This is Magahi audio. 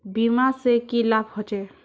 बीमा से की लाभ होचे?